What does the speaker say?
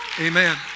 amen